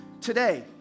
today